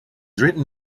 written